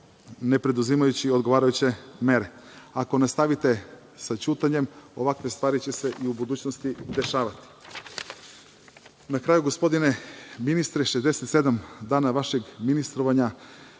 ne preduzimajući odgovarajuće mere. Ako nastavite sa ćutanjem ovakve stvari će se i u budućnosti dešavati. Na kraju gospodine ministre, 67 dana vašeg ministrovanja